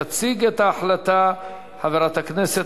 התשע"א 2011. תציג את ההחלטה חברת הכנסת